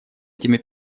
этими